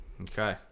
Okay